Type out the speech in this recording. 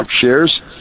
shares